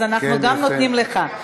אז אנחנו נותנים גם לך.